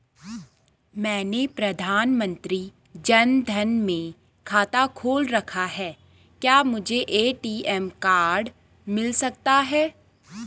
मैंने प्रधानमंत्री जन धन में खाता खोल रखा है क्या मुझे ए.टी.एम कार्ड मिल सकता है?